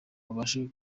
babashe